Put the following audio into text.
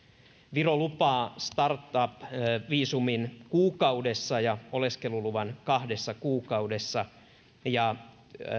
viro lupaa startup viisumin kuukaudessa ja oleskeluluvan kahdessa kuukaudessa ja